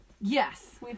Yes